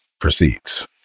proceeds